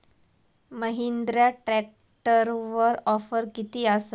महिंद्रा ट्रॅकटरवर ऑफर किती आसा?